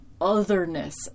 otherness